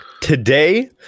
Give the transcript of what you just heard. today